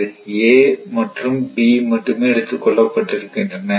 a மற்றும் b மட்டுமே எடுத்துக் கொள்ளப்பட்டிருக்கின்றன